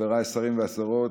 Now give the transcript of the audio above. חבריי השרים והשרות,